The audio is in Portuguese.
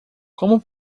como